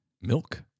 Milk